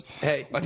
Hey